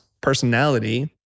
personality